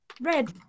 red